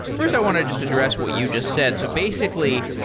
first i want to just address what you just said. so basically,